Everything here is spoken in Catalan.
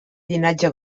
llinatge